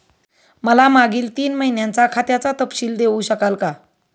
मला मागील तीन महिन्यांचा खात्याचा तपशील देऊ शकाल का?